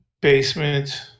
basement